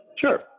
Sure